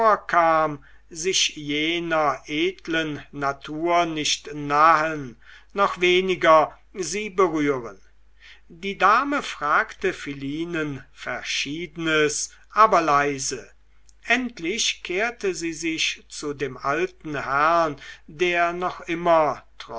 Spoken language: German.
vorkam sich jener edlen natur nicht nahen noch weniger sie berühren die dame fragte philinen verschiedenes aber leise endlich kehrte sie sich zu dem alten herrn der noch immer